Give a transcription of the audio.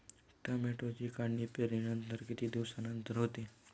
टोमॅटोची काढणी पेरणीनंतर किती दिवसांनंतर होते?